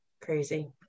crazy